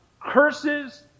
curses